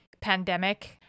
pandemic